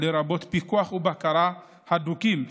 לרבות פיקוח ובקרה הדוקים,